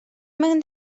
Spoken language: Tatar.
мең